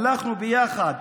הלכנו ביחד,